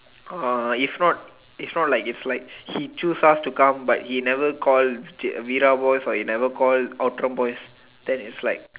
uh if not if not like it's like he choose us to come but he never call Veera boys or he never call Outram boys then it's like